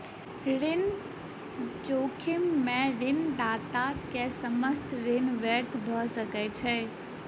ऋण जोखिम में ऋणदाता के समस्त ऋण व्यर्थ भ सकै छै